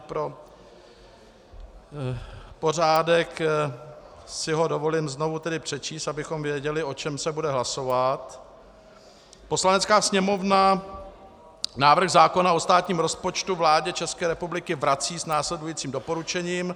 Pro pořádek si ho dovolím tedy znovu přečíst, abychom věděli, o čem se bude hlasovat: Poslanecká sněmovna návrh zákona o státním rozpočtu vládě České republiky vrací s následujícím doporučením: